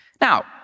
Now